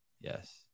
yes